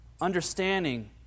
understanding